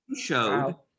showed